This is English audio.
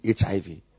HIV